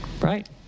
right